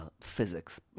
physics